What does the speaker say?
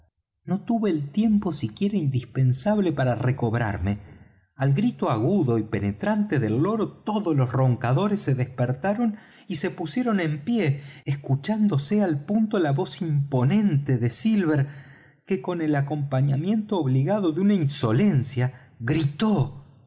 no tuve el tiempo siquiera indispensable para recobrarme al grito agudo y penetrante del loro todos los roncadores se despertaron y se pusieron en pie escuchándose al punto la voz imponente de silver que con el acompañamiento obligado de una insolencia gritó